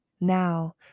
now